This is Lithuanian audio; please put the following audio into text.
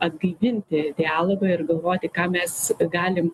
atgaivinti dialogą ir galvoti ką mes galim